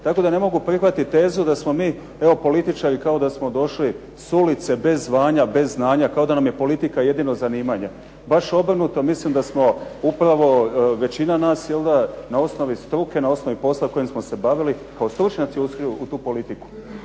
tako da ne mogu prihvatiti tezu da smo mi evo političari kao da smo došli s ulice bez zvanja, bez znanja, kao da nam je politika jedino zanimanje. Baš obrnuto, mislim da smo upravo većina nas na osnovi struke, na osnovi posla kojim smo se bavili kao stručnjaci ušli u tu politiku.